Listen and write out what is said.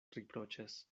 riproĉas